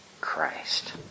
Christ